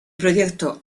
proyecto